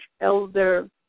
Elder